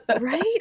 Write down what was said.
Right